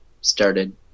started